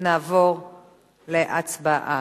נעבור להצבעה.